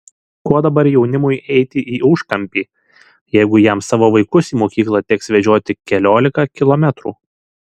ko dabar jaunimui eiti į užkampį jeigu jam savo vaikus į mokyklą teks vežioti keliolika kilometrų